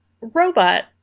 robot